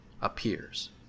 appears